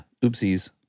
Oopsies